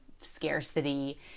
scarcity